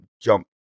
jump